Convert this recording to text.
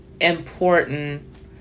important